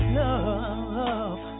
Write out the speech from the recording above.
love